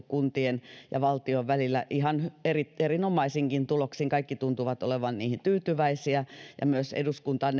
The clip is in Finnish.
kuntien ja valtion välillä ihan erinomaisinkin tuloksin kaikki tuntuvat olevat niihin tyytyväisiä ja myös eduskunta on